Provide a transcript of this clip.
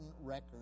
record